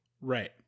Right